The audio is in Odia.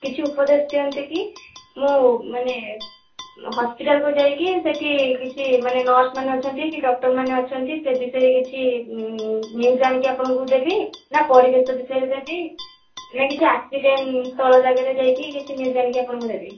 କିଛି ଉପଦେଶ ଦିଅନ୍ତେ କି ମୁଁ ମାନେ ହସ୍ପିଟାଲ୍କୁ ଯାଇକି ସେଇଠି କିଛି ମାନେ ନର୍ସ୍ମାନେ ଅଛନ୍ତି କି ଡକ୍ଟର୍ମାନେ ଅଛନ୍ତି ସେ ବିଷୟରେ କିଛି ନ୍ୟୁଜ୍ ଆଣିକି ଆପଣଙ୍କୁ ଦେବି ନା ପରିବେଶ ବିଷୟରେ ଦେବି ନା କିଛି ଆକ୍ସିଡେଣ୍ଟ୍ ସ୍ଥଳ ଜାଗାରେ ଯାଇକି କିଛି ନ୍ୟୁଜ୍ ଆଣିକି ଆପଣଙ୍କୁ ଦେବି